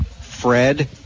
Fred